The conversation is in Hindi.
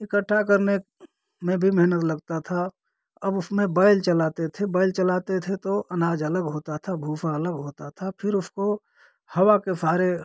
इकट्ठा करने में भी मेहनत लगता था अब उसमें बैल चलाते थे बैल चलाते थे तो अनाज अलग होता था भूसा अलग होता था फिर उसको हवा के सहारे